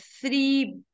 three